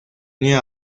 unió